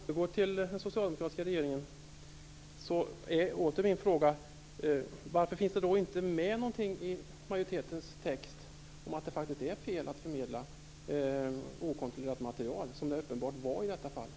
Fru talman! För att återgå till den socialdemokratiska regeringen är återigen min fråga: Varför finns det inte med i majoritetens text något om att det faktiskt är fel att förmedla okontrollerat material, som det uppenbart var i det här fallet?